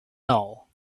know